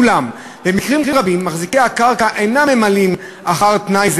אולם במקרים רבים מחזיקי הקרקע אינם ממלאים אחר תנאי זה